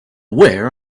where